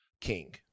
king